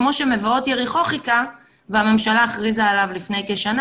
כמו שמבואות יריחו חיכה והממשלה הכריזה עליו לפני כשנה